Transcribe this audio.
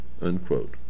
unquote